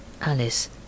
Alice